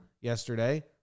yesterday